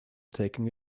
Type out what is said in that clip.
taking